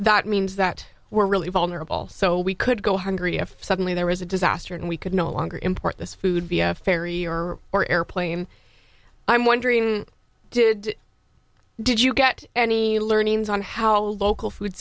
that means that we're really vulnerable so we could go hungry if suddenly there was a disaster and we could no longer import this food via ferry or or airplane i'm wondering did did you get any learnings on how local food